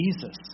Jesus